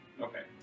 Okay